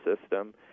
system